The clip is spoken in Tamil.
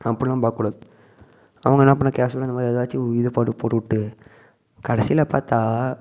அப்படிலாம் பார்க்கக்கூடாது அவங்க என்ன பண்ணலான் கேஷுவலாக இந்தமாதிரி எதாச்சும் இதை பாட்டுக்கு போட்டுவிட்டு கடைசியில் பார்த்தா